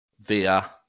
Via